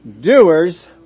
doers